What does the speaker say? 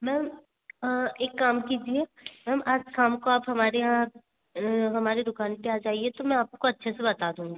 ma'am एक काम कीजिए मैम आज शाम को आप हमारे यहाँ हमारी दुकान पे आ जाइए तो मैं आपको अच्छे से बता दूँगी